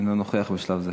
שאינו נוכח בשלב זה.